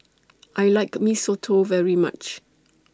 I like Mee Soto very much